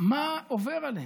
מה עובר עליהם?